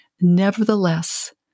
Nevertheless